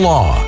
Law